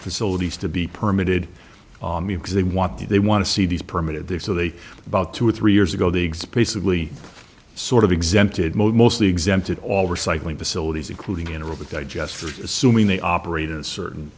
facilities to be permitted because they want to they want to see these permitted there so they about two or three years ago they exist basically sort of exempted mostly exempted all recycling facilities including in aruba digesters assuming they operate in a certain